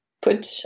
put